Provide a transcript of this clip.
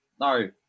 No